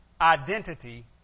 identity